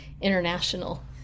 International